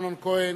אמנון כהן,